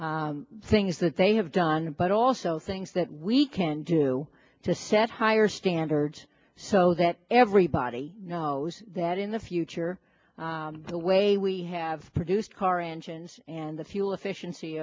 from things that they have done but also things that we can do to set higher standards so that everybody knows that in the future the way we have produced car engines and the fuel efficiency